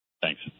Thanks